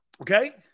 Okay